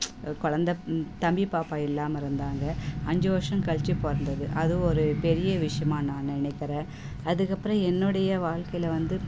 குழந்த தம்பி பாப்பா இல்லாமல் இருந்தாங்க அஞ்சு வருஷம் கழிச்சி பிறந்தது அது ஒரு பெரிய விஷயமாக நான் நினைக்கிறேன் அதுக்கப்புறோம் என்னுடைய வாழ்க்கையில வந்து